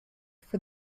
for